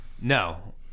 No